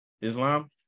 Islam